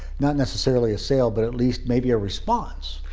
not necessarily a sale, but at least maybe a response.